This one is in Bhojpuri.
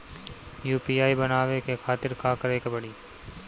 यू.पी.आई बनावे के खातिर का करे के पड़ी?